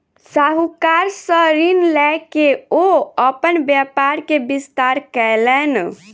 साहूकार सॅ ऋण लय के ओ अपन व्यापार के विस्तार कयलैन